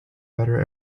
better